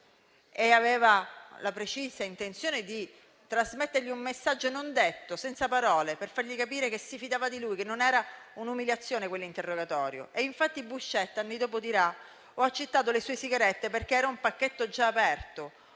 aveva la precisa intenzione di trasmettergli un messaggio non detto, senza parole, per fargli capire che si fidava di lui, che quell'interrogatorio non era un'umiliazione. Infatti Buscetta anni dopo dirà di aver accettato le sue sigarette perché era un pacchetto già aperto;